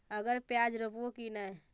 अबर प्याज रोप्बो की नय?